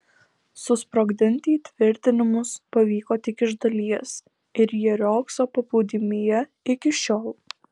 susprogdinti įtvirtinimus pavyko tik iš dalies ir jie riogso paplūdimyje iki šiol